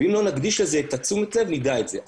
ואם לא נקדיש לזה את תשומת הלב לא נדע את זה.